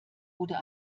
oder